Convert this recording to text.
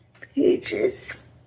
pages